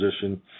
position